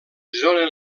zona